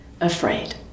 afraid